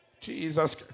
Jesus